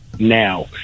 now